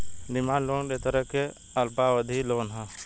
demand loan एक तरह के अल्पावधि लोन ह